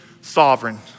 sovereign